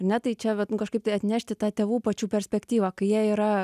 ne tai čia vat nu kažkaip tai atnešti tą tėvų pačių perspektyvą kai jie yra